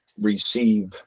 receive